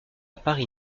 paris